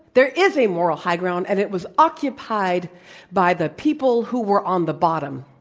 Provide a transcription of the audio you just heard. there is a moral high ground, and it was occupied by the people who were on the bottom.